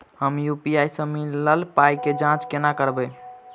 हम यु.पी.आई सअ मिलल पाई केँ जाँच केना करबै?